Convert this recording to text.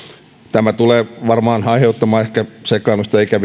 tämä tulee varmaan aiheuttamaan sekaannusta ja ikäviä tilanteita harrastajille jos asia todella on näin